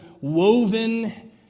woven